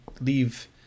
leave